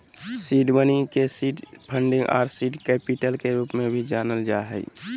seed money के seed funding आर seed capital के रूप में भी जानल जा हइ